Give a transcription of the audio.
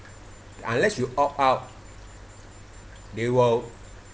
unless you opt out they will